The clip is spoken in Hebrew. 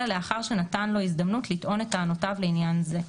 אלא לאחר שנתן לו הזדמנות לטעון את טענותיו לעניין זה.